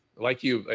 like you,